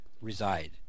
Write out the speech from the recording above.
reside